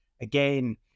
again